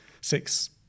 six